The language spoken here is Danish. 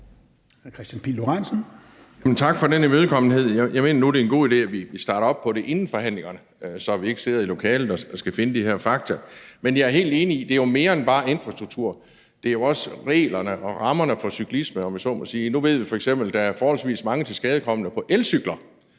tak for den imødekommenhed. Jeg mener nu, det er en god idé, at vi starter op på det inden forhandlingerne, så vi ikke sidder i lokalet og skal finde frem til de her fakta. Men jeg er helt enig i, at det jo er mere end bare infrastruktur; det er jo også reglerne og rammerne for cyklisme, om jeg så må sige. Nu ved vi f.eks., at der er forholdsvis mange tilskadekomne på elcykler,